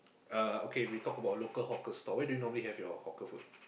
uh okay we talk about local hawker stall where do you normally have your hawker food